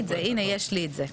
הנה, יש לי את זה.